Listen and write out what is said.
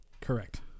Correct